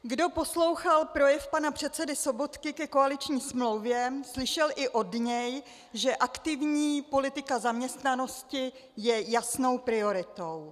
Kdo poslouchal projev pana předsedy Sobotky ke koaliční smlouvě, slyšel i od něj, že aktivní politika zaměstnanosti je jasnou prioritou.